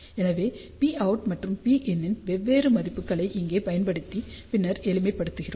எனவே Pout மற்றும் Pin இன் வெவ்வேறு மதிப்புகளை இங்கே பயன்படுத்தி பின்னர் எளிமை படுத்துகிறோம்